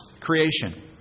creation